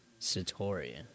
Satori